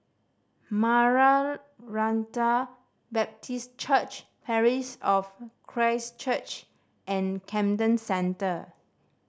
Maranatha Baptist Church Parish of Christ Church and Camden Centre